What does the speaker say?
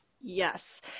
Yes